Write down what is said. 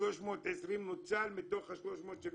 ל-320 נוצל מתוך ה-371.